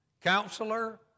Counselor